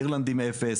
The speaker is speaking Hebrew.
אירלנד עם אפס,